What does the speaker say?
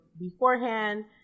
beforehand